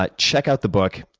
but check out the book,